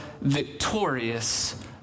victorious